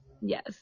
Yes